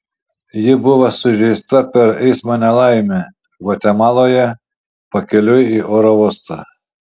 ji buvo sužeista per eismo nelaimę gvatemaloje pakeliui į oro uostą